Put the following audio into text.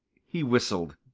he whistled.